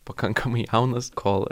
pakankamai jaunas kol